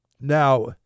Now